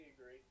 agree